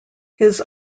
his